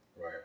Right